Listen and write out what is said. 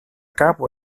kapo